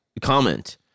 Comment